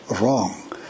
wrong